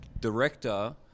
director